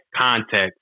context